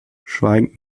schweigend